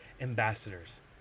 ambassadors